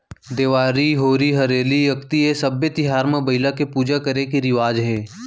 देवारी, होरी हरेली, अक्ती ए सब्बे तिहार म बइला के पूजा करे के रिवाज हे